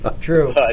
true